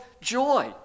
joy